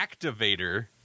Activator